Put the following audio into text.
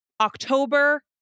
October